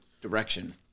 direction